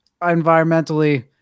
environmentally